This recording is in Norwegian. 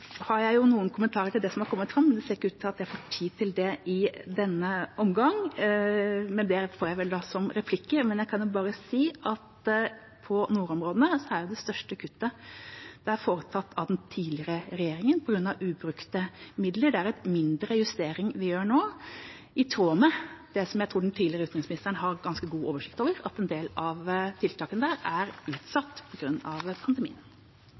har kommet fram. Det ser ikke ut til at jeg får tid til det i denne omgang, men det får jeg vel som replikker. Jeg kan bare si at for nordområdene er det største kuttet foretatt av den tidligere regjeringa på grunn av ubrukte midler. Det er en mindre justering vi gjør nå, i tråd med det som jeg tror den tidligere utenriksministeren har ganske god oversikt over, at en del av tiltakene der er utsatt på grunn av pandemien.